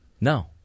No